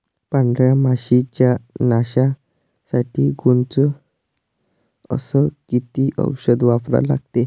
पांढऱ्या माशी च्या नाशा साठी कोनचं अस किती औषध वापरा लागते?